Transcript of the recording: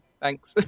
thanks